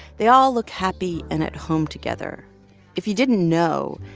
they all look happy and at home together if you didn't know,